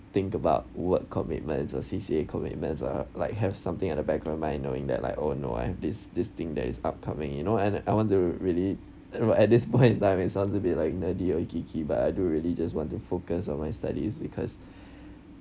think about work commitment or C_C_A commitments or like have something at the background mind knowing that like oh no I have this this thing that is upcoming you know and I want to really at this point in time it sounds a bit like nerdy or geeky but I do really just want to focus on my studies because